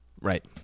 Right